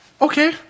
Okay